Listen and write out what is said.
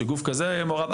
שגוף כזה יהיה מעורב.